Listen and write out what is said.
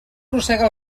rosega